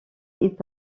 est